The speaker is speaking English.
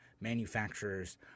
manufacturers